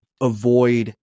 avoid